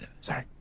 sorry